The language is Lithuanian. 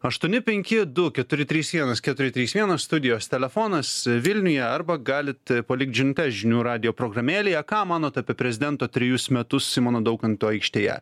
aštuoni penki du keturi trys vienas keturi trys vienas studijos telefonas vilniuje arba galit palikt žinutes žinių radijo programėlėje ką manot apie prezidento trejus metus simono daukanto aikštėje